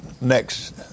next